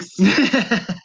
thanks